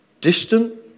distant